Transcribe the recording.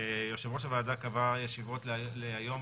יושב ראש הוועדה קבע ישיבות להיום,